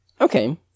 Okay